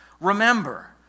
remember